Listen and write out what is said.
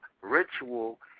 ritual